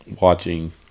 watching